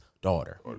daughter